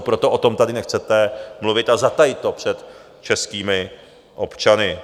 Proto o tom tady nechcete mluvit a zatajit to před českými občany.